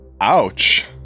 ouch